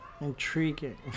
intriguing